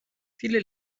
viele